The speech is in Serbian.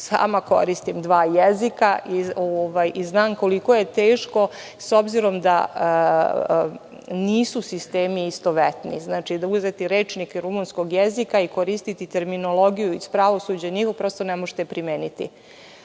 sama koristim dva jezika i znam koliko je teško, s obzirom da nisu sistemi istovetni. Znači, da uzmete i rečnike rumunskog jezika i koristiti terminologiju iz pravosuđa, vi to prosto ne možete primeniti.